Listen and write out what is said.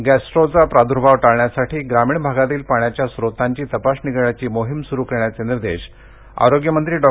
गॅस्ट्रोचा प्रार्दभाव टाळण्यासाठी ग्रामीण भागातील पाण्याच्या स्त्रोतांची तपासणी करण्याची मोहीम सुरू करण्याचे निर्देश आरोग्यमंत्री डॉ